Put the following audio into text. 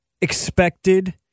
expected